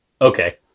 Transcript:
Okay